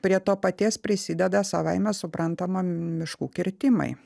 prie to paties prisideda savaime suprantama miškų kirtimai